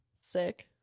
Sick